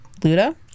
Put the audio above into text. Luda